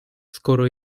skoro